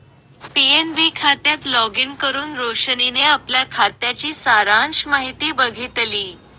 PNB खात्यात login करुन रोशनीने आपल्या खात्याची सारांश माहिती बघितली